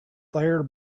there